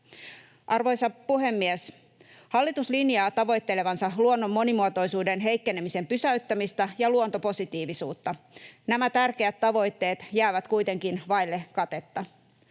Arvoisa puhemies! Hallitus linjaa tavoittelevansa luonnon monimuotoisuuden heikkenemisen pysäyttämistä ja luontopositiivisuutta. Nämä tärkeät tavoitteet jäävät kuitenkin vaille katetta.